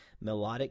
melodic